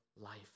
life